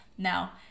Now